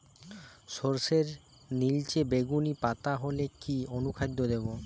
সরর্ষের নিলচে বেগুনি পাতা হলে কি অনুখাদ্য দেবো?